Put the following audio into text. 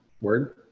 Word